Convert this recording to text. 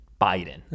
Biden